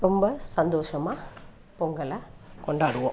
ரொம்ப சந்தோஷமாக பொங்கலை கொண்டாடுவோம்